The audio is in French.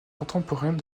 contemporaines